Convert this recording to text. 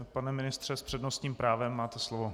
Pane ministře, s přednostním právem, máte slovo.